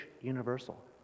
universal